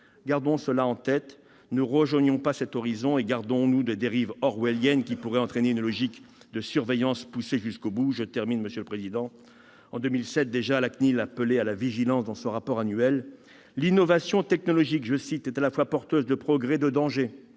Gardons cela en tête, ne rejoignons pas cet horizon, et gardons-nous de dérives orwelliennes que pourrait entraîner une logique de surveillance poussée jusqu'au bout. En 2007 déjà, la CNIL appelait à la vigilance dans son rapport annuel :« L'innovation technologique est à la fois porteuse de progrès et de dangers.